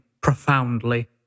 profoundly